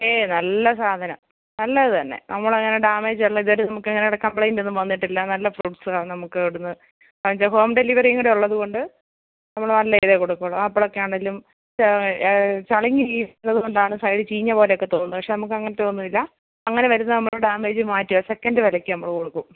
ഏ നല്ല സാധനം നല്ലതു തന്നെ നമ്മളങ്ങനെ ഡാമേജുള്ളത് ഇതുവരെ നമുക്കങ്ങനെ ഇവിടെ കംപ്ലൈൻറ്റൊന്നും വന്നിട്ടില്ല നല്ല ഫ്രൂട്ട്സാണ് നമുക്ക് ഇവിടെ നിന്ന് എന്താ ഹോം ഡെലിവറിയും കൂടി ഉള്ളതു കൊണ്ട് നമ്മൾ നല്ലയിലെ കൊടുക്കുകയുള്ളൂ ആപ്പിളൊക്കെ ആണെങ്കിലും ചളിങ്ങി വീഴുന്നതു കൊണ്ടാണ് സൈഡ് ചീഞ്ഞ പോലെയൊക്കെ തോന്നുന്നത് പക്ഷേ നമുക്ക് അങ്ങനത്തെ ഒന്നുമല്ല അങ്ങനെ വരുന്നത് നമ്മൾ ഡാമേജ് മാറ്റുക സെക്കൻറ്റ് വിലക്ക് നമ്മൾ കൊടുക്കും